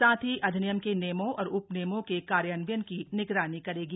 साथ ही अधिनियम के नियमों और उपनियमों के कार्यान्वयन की निगरानी करेगी